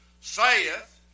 saith